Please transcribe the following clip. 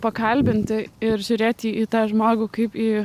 pakalbinti ir žiūrėti į tą žmogų kaip į